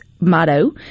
motto